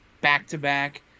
back-to-back